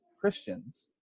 Christians